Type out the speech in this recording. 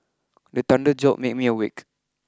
the thunder jolt me me awake